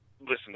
listen